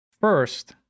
first